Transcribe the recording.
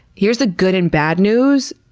here's the good and bad news.